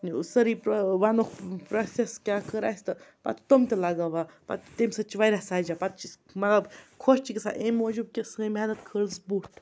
ٲں سٲرٕے پرٛو وَنہوکھ پرٛوسیٚٮس کیٛاہ کٔر اسہِ تہٕ پَتہٕ چھِ تِم تہِ لَگاوان پَتہٕ تَمہِ سۭتۍ چھِ واریاہ سَجان پَتہٕ چھِ أسۍ مطلب خۄش چھِ گژھان اَمہِ موٗجوٗب کہِ سٲنۍ محنت کھٔژ بوٚٹھ